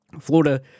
Florida